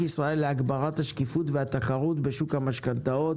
ישראל להגברת השקיפות והתחרות בשוק המשכנתאות.